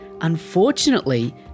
unfortunately